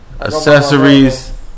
accessories